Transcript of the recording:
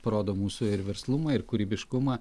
parodo mūsų ir verslumą ir kūrybiškumą